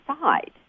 side